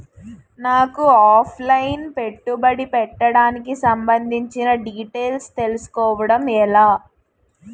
నాకు offline పెట్టుబడి పెట్టడానికి సంబందించిన డీటైల్స్ తెలుసుకోవడం ఎలా?